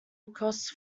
across